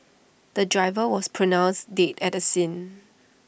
the driver was pronounced dead at the scene